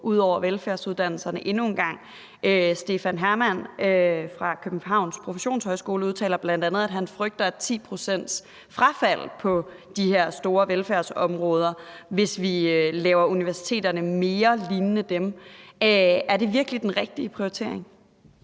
ud over velfærdsuddannelserne endnu en gang. Stefan Hermann fra Københavns Professionshøjskole udtaler bl.a., at han frygter 10 pct.s frafald på uddannelserne på de her store velfærdsområder, hvis vi laver universiteterne mere lig dem. Er det virkelig den rigtige prioritering?